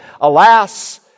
Alas